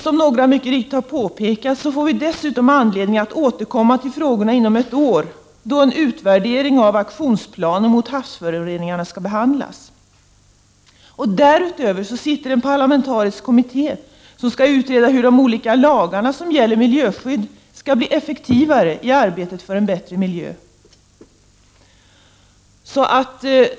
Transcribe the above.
Som många mycket riktigt har påpekat, får vi anledning att återkomma till de frågorna inom ett år, då en utvärdering av aktionsplanen mot havsföroreningarna skall behandlas. Därutöver sitter det en parlamentarisk kommitté, som skall utreda hur de olika lagar som gäller miljöskydd skall bli effektivare i arbetet för en bättre miljö.